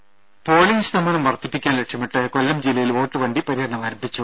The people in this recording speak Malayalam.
ദ്ദേ പോളിങ്ങ് ശതമാനം വർധിപ്പിക്കാൻ ലക്ഷ്യമിട്ട് കൊല്ലം ജില്ലയിൽ വോട്ടുവണ്ടി പര്യടനം ആരംഭിച്ചു